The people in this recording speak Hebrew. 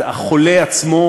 החולה עצמו,